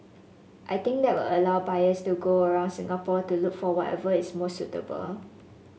I think that will allow buyers to go around Singapore to look for whatever is most suitable